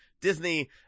Disney